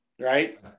Right